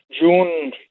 June